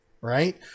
right